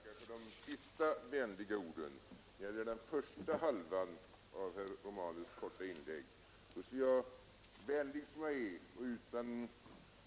Fru talman! Jag tackar för de sista vänliga orden. När det gäller den första halvan av herr Romanus” inlägg skulle jag, vänlig som jag är och utan